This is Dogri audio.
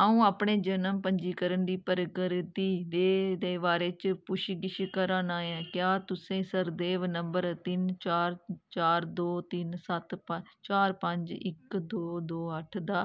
अ'ऊं अपने जनम पंजीकरण दी प्रगति दे बारे च पुच्छ गिच्छ करा ना ऐ क्या तुस सरदेव नंबर तिन्न चार चार दो तिन्न सत्त चार पंज इक दो दो अट्ठ दा